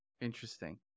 Interesting